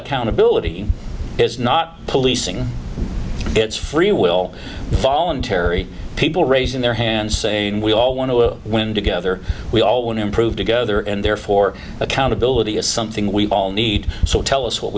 accountability is not policing its free will voluntary people raising their hands saying we all want to win together we all want to improve together and therefore accountability is something we all need so tell us what